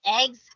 eggs